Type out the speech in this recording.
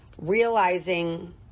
realizing